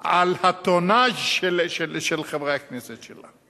על הטונאז' של חברי הכנסת שלה.